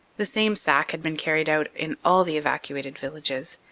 the same sack had been carried out in all the evacuated villages,